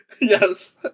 Yes